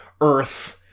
earth